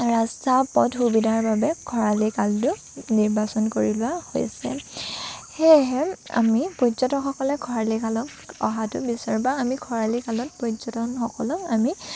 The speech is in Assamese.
ৰাষ্টা পথ সুবিধাৰ বাবে খৰালি কালটো নিৰ্বাচন কৰি লোৱা হৈছে সেয়েহে আমি পৰ্যটকসকলে খৰালি কালত অহাটো বিচাৰোঁ বা আমি খৰালি কালত পৰ্যটকসকলক আমি